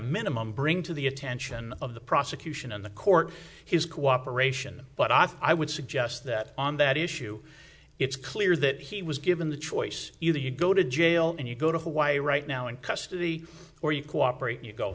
minimum bring to the attention of the prosecution and the court his cooperation but i would suggest that on that issue it's clear that he was given the choice either you go to jail and you go to hawaii right now in custody or you cooperate you go